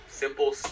Simple